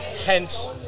Hence